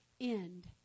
end